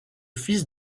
fils